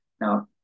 Now